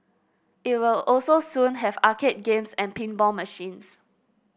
it will also soon have arcade games and pinball machines